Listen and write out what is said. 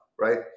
right